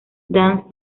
dance